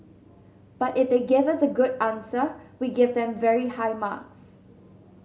but if they give us a good answer we give them very high marks